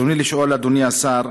ברצוני לשאול, אדוני השר: